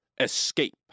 Escape